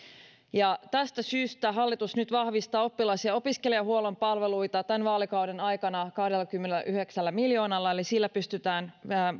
tästä syystä hallitus nyt vahvistaa oppilas ja opiskelijahuollon palveluita tämän vaalikauden aikana kahdellakymmenelläyhdeksällä miljoonalla eli sillä pystytään